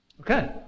Okay